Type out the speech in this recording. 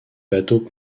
bateaux